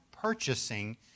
Purchasing